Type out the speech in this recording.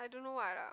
I don't know what ah